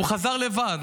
הוא חזר לבד.